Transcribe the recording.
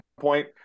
point